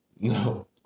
No